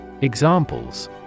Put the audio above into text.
Examples